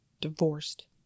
divorced